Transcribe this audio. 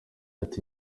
ati